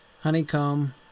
honeycomb